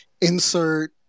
insert